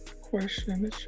Question